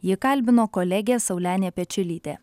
jį kalbino kolegė saulenė pečiulytė